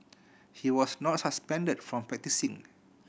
he was not suspended from practising